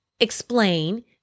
explain